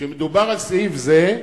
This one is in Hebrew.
" כשמדובר על סעיף "זה",